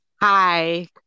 Hi